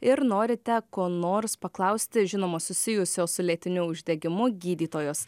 ir norite ko nors paklausti žinoma susijusio su lėtiniu uždegimu gydytojos